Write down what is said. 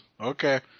Okay